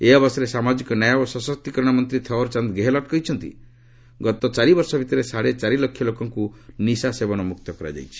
ଏହି ଅବସରରେ ସାମାଜିକ ନ୍ୟାୟ ଓ ସଶକ୍ତିକରଣ ମନ୍ତ୍ରୀ ଥଓ୍ୱରଚନ୍ଦ ଗେହେଲଟ୍ କହିଛନ୍ତି ଗତ ଚାରି ବର୍ଷ ଭିତରେ ଚାଢ଼େ ଚାରି ଲକ୍ଷ ଲୋକକୁ ନିଶା ସେବନ ମୁକ୍ତ କରାଯାଇଛି